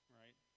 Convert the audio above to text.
right